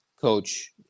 coach